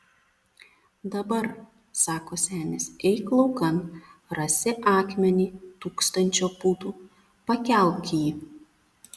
dabar sako senis eik laukan rasi akmenį tūkstančio pūdų pakelk jį